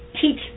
teach